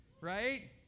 Right